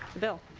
bill.